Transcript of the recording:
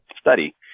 study